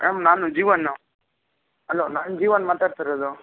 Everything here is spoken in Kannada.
ಮ್ಯಾಮ್ ನಾನು ಜೀವನ್ನು ಹಲೋ ನಾನು ಜೀವನ್ ಮಾತಾಡ್ತಿರೋದು